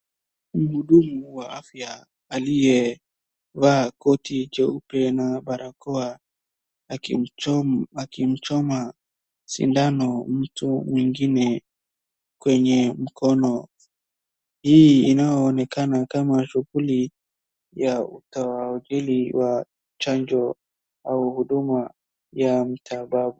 Mhudumu wa afya aliyevaa koti jeupe na barakoa akimchoma sindano mtu mwingine kweye mkono. Hii inayoonekana kama shughuli ya uhadili wa chanjo au huduma ya matibabu.